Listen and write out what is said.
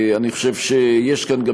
אני חושב שיש כאן גם